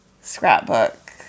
scrapbook